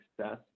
success